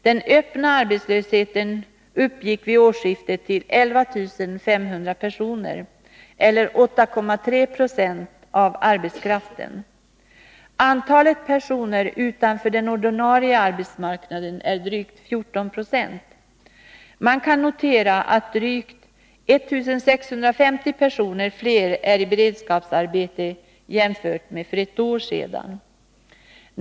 Den öppna arbetslösheten uppgick vid årsskiftet till 11 500 personer eller 8,3 70 av arbetskraften. Antalet personer utanför den ordinarie arbetsmarknaden är drygt 14 20. Man kan notera att drygt 1 650 personer fler är i beredskapsarbete nu jämfört med antalet för ett år sedan.